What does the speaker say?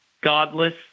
godless